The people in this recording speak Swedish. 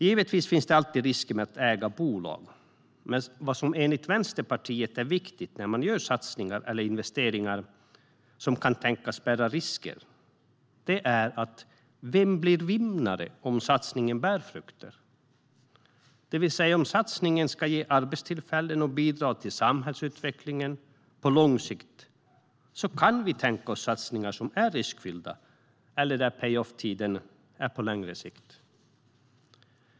Givetvis finns det alltid risker också med att äga bolag, men vad som enligt Vänsterpartiet är viktigt när man gör satsningar eller investeringar som kan tänkas innebära risker är att besluta vem som blir vinnare om satsningen bär frukt. Om satsningen ska ge arbetstillfällen och bidra till samhällsutvecklingen på lång sikt kan vi tänka oss satsningar som är riskfyllda eller satsningar där pay off-tiden är på längre sikt.